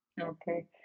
okay